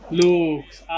looks